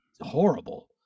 horrible